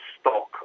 stock